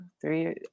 three